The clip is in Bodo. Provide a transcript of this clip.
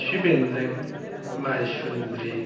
खिफिबेन्दों माइसुन्द्रि